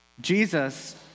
Jesus